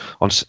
on